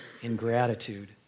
ingratitude